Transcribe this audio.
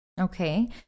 Okay